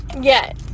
Yes